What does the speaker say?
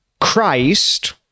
Christ